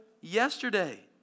yesterday